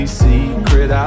secret